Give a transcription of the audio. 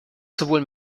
sowohl